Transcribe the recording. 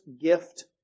gift